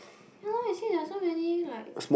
yeah lor you see there are so many like